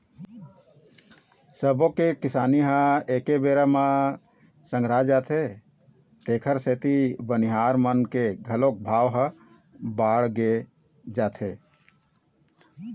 सब्बो के किसानी ह एके बेरा म संघरा जाथे तेखर सेती बनिहार मन के घलोक भाव ह बाड़गे जाथे